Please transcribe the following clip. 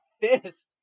fist